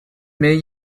may